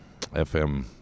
FM